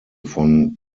von